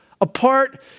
Apart